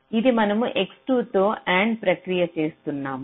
అది మనము X2 తో AND ప్రక్రియ చేస్తున్నాము